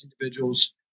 individual's